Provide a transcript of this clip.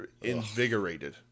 invigorated